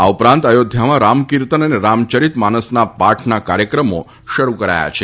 આ ઉપરાંત અયોધ્યામાં રામકીતર્ન અને રામચરિત માનસના પાઠના કાર્યક્રમો શરૂ કરાયા છે